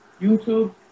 YouTube